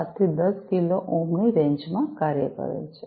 ૭ થી ૧૦ કિલો ઓહ્મની રેન્જમાં કાર્ય કરે છે